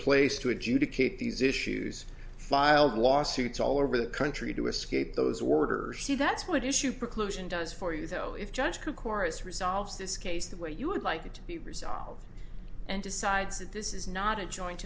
place to adjudicate these issues filed lawsuits all over the country to escape those orders see that's what issue preclusion does for you though if judge who chorus resolves this case the way you would like it to be resolved and decides that this is not a joint